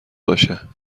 باشه